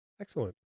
Excellent